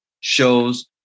shows